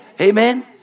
Amen